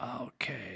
Okay